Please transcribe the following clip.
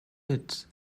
hit